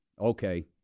Okay